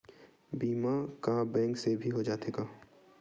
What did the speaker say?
बीमा का बैंक से भी हो जाथे का?